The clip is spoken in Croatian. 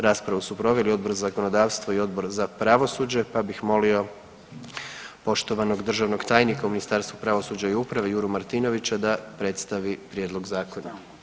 Raspravu su proveli Odbor za zakonodavstvo i Odbor za pravosuđe pa bih molio poštovanog državnog tajnika u Ministarstvu pravosuđa i uprave Juru Martinovića da predstavi prijedlog zakona.